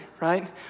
right